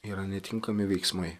yra netinkami veiksmai